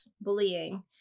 bullying